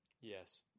yes